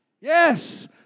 Yes